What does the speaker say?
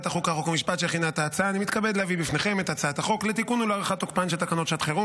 אני קובע כי הצעת חוק לתיקון ולהארכת תוקפן של תקנות שעת חירום